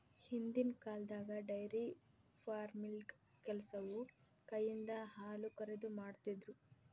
ಹಿಂದಿನ್ ಕಾಲ್ದಾಗ dairy farming ಕೆಲಸವು ಕೈಯಿಂದ ಹಾಲುಕರೆದು, ಮಾಡ್ತಿರು